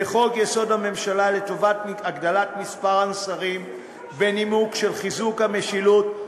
וחוק-יסוד: הממשלה לטובת הגדלת מספר השרים בנימוק של חיזוק המשילות,